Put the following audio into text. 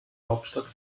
hauptstadt